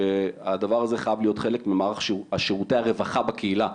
שהדבר הזה חייב להיות חלק ממערך שירותי הרווחה בקהילה,